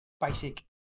basic